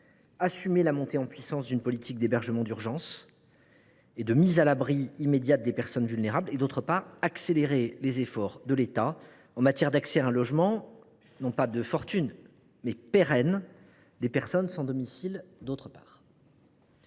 assumer la montée en puissance d’une politique d’hébergement d’urgence et de mise à l’abri immédiate des personnes vulnérables et accélérer les efforts de l’État en matière d’accès à un logement, non pas de fortune, mais pérenne, des personnes sans domicile. En ce qui